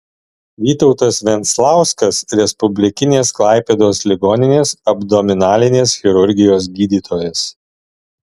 vytautas venclauskas respublikinės klaipėdos ligoninės abdominalinės chirurgijos gydytojas